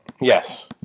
Yes